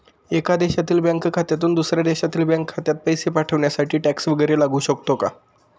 एका देशातील बँक खात्यातून दुसऱ्या देशातील बँक खात्यात पैसे पाठवण्यासाठी टॅक्स वैगरे लागू शकतो का?